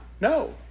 No